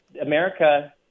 America